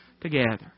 together